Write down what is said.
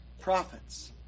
prophets